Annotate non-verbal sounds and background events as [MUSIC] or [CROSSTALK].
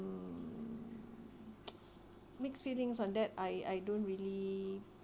mm [NOISE] mixed feelings on that I I don't really